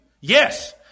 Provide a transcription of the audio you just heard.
Yes